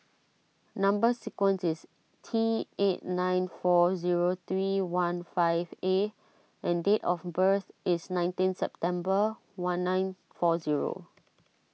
Number Sequence is T eight nine four zero three one five A and date of birth is nineteen September one nine four zero